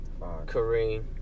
Kareem